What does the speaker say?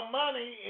money